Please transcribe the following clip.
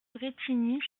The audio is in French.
brétigny